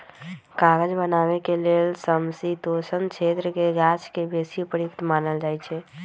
कागज बनाबे के लेल समशीतोष्ण क्षेत्रके गाछके बेशी उपयुक्त मानल जाइ छइ